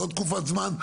ועוד תקופת זמן.